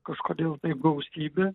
kažkodėl gausybė